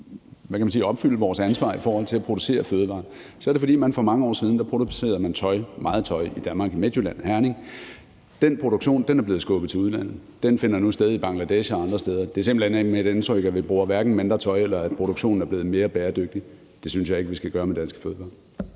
opfylde vores ansvar i forhold til at producere fødevarer, er det, fordi man for mange år siden producerede meget tøj i Danmark, nemlig i Midtjylland og Herning, og den produktion er blevet skubbet til udlandet. Den finder nu sted i Bangladesh og andre steder. Det er simpelt hen ikke mit indtryk, hverken at vi bruger mindre tøj eller at produktionen er blevet mere bæredygtig. Det synes jeg ikke vi skal gøre med danske fødevarer.